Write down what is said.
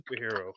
superhero